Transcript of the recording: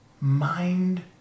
mind